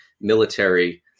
military